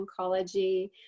oncology